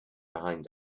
behind